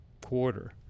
quarter